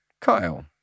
Kyle